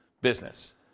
business